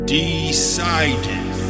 decided